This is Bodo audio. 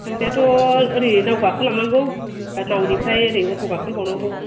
थांनायाथ' ओरै नाव गाखोलांनांगौ नावनिफ्राय ओरै अट' गाखोबावनांगौ